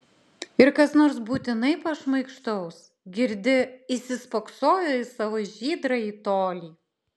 ir kas nors būtinai pašmaikštaus girdi įsispoksojo į savo žydrąjį tolį